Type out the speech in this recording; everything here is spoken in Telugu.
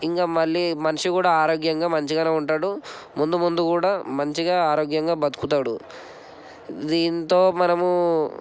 ఇంకా మళ్ళీ మనిషి కూడా ఆరోగ్యంగా మంచిగా ఉంటాడు ముందు ముందు కూడా మంచిగా ఆరోగ్యంగా బతుకుతాడు దీంతో మనము